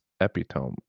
epitome